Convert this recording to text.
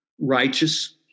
righteous